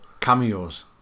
Cameos